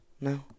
No